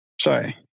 Sorry